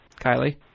Kylie